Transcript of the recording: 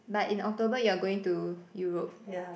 but in October you are going to Europe